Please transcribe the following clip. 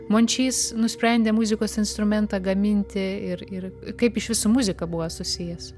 mončys nusprendė muzikos instrumentą gaminti ir ir kaip iš vis su muzika buvo susijęs